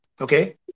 okay